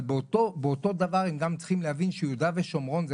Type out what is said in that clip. אבל באותו דבר הם גם צריכים להבין שיהודה ושומרון זה